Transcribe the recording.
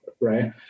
right